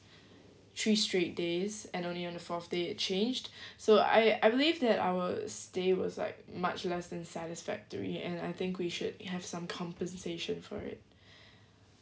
three straight days and only on the fourth day it changed so I I believe that our stay was like much less than satisfactory and I think we should have some compensation for it